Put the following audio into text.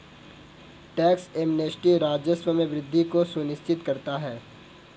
tax amnesty राजस्व में वृद्धि को सुनिश्चित करता है